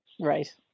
Right